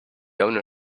owner